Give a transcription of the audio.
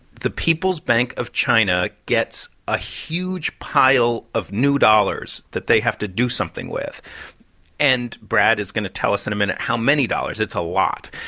the people's bank of china gets a huge pile of new dollars that they have to do something with and brad is going to tell us in a minute how many dollars. it's a lot.